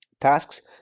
tasks